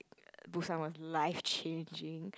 Busan was life changing